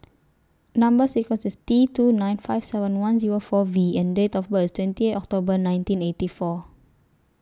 Number sequence IS T two nine five seven one Zero four V and Date of birth IS twenty October nineteen eighty four